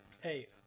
hey